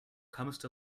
comest